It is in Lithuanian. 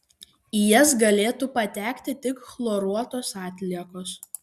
į jas galėtų patekti tik chloruotos atliekos